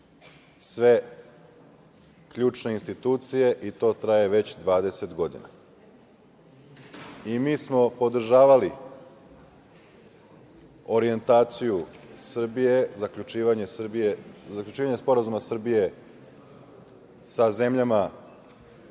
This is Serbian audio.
sve ključne institucije, i to traje već 20 godina. Mi smo podržavali orjentaciju Srbije, zaključivanje sporazuma Srbije i sa zemljama